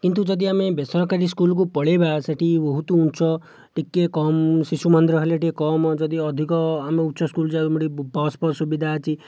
କିନ୍ତୁ ଯଦି ଆମେ ବେସରକାରୀ ସ୍କୁଲକୁ ପଳାଇବା ସେ'ଠି ବହୁତ ଉଚ୍ଚ ଟିକିଏ କମ ଶିଶୁ ମନ୍ଦିର ହେଲେ ଟିକିଏ କମ ଯଦି ଅଧିକ ଆମେ ଉଚ୍ଚ ସ୍କୁଲ ଯାଉ ଯେଉଁଠିକି ବସ୍ ଫସ ସୁବିଧା ଅଛି